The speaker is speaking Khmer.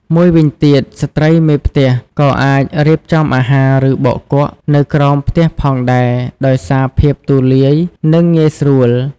មួយវិញទៀត ស្ត្រីមេផ្ទះក៏អាច រៀបចំអាហារ ឬ បោកគក់ នៅក្រោមផ្ទះផងដែរ ដោយសារភាពទូលាយ និងងាយស្រួល ។